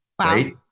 right